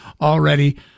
already